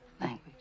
language